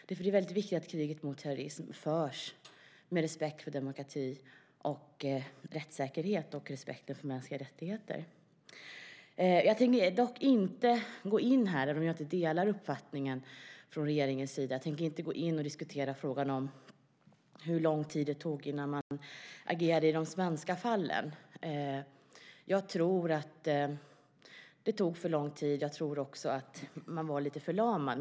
Det är väldigt viktigt att kriget mot terrorism förs med respekt för demokrati, rättssäkerhet och mänskliga rättigheter. Även om jag inte delar regeringens uppfattning tänker jag här inte gå in och diskutera frågan hur lång tid det tog innan man agerade i de svenska fallen. Jag tror att det tog för lång tid. Jag tror också att man var lite förlamad.